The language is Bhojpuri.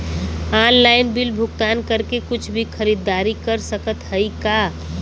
ऑनलाइन बिल भुगतान करके कुछ भी खरीदारी कर सकत हई का?